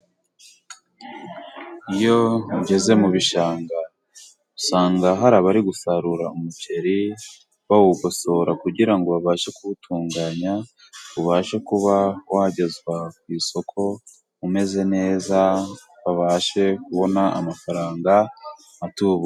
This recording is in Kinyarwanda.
Iyo ugeze mu bishanga, usanga hari abari gusarura umuceri bawugosora, kugira babashe kuwutunganya ubashe kuba wagezwa ku isoko umeze neza, babashe kubona amafaranga atubutse.